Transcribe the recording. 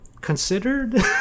considered